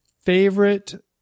favorite